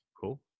Cool